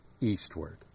eastward